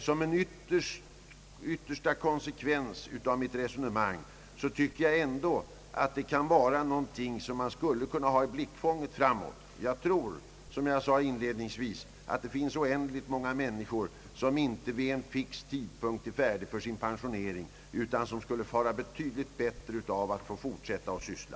Som en yttersta konsekvens av mitt resonemang kunde det ändå vara något att ha i blickfånget för framtiden. Som jag inledningsvis sade tror jag att det finns många människor som inte vid en fix tidpunkt är färdiga för pensionering och som skulle må betydligt bättre av att få fortsätta att syssla.